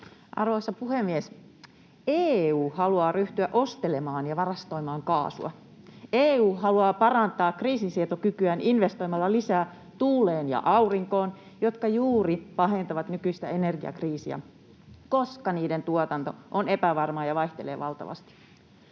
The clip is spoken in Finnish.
Arvoisa puhemies! EU haluaa ryhtyä ostelemaan ja varastoimaan kaasua. EU haluaa parantaa kriisinsietokykyään investoimalla lisää tuuleen ja aurinkoon, jotka juuri pahentavat nykyistä energiakriisiä, koska niiden tuotanto on epävarmaa ja vaihtelee valtavasti.